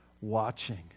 watching